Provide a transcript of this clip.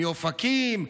מאופקים,